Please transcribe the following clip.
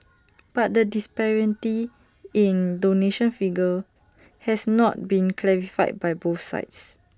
but the disparity in donation figures has not been clarified by both sides